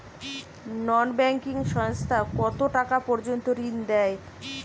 নন banking সংস্থা কতটাকা পর্যন্ত ঋণ দেয়?